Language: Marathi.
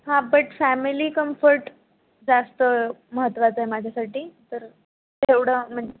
हां बट फॅमिली कंफर्ट जास्त महत्त्वाचा आहे माझ्यासाठी तर तेवढं म्हणजे